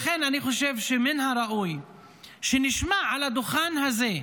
לכן אני חושב שמן הראוי שנשמע על הדוכן הזה,